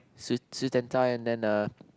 suit suit and tie and then a